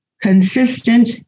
Consistent